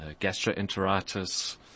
gastroenteritis